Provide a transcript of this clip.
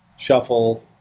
shuffle,